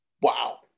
Wow